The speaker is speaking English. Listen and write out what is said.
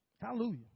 Hallelujah